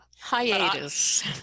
Hiatus